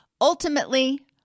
Ultimately